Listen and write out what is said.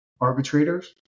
arbitrators